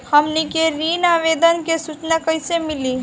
हमनी के ऋण आवेदन के सूचना कैसे मिली?